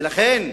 ולכן,